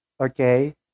okay